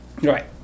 Right